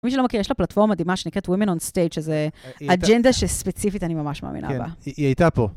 מי שלא מכיר, יש לה פלטפורמה מדהימה שנקראת Women on Stage, שזה אג'נדה שספציפית, אני ממש מאמינה בה. כן, היא הייתה פה.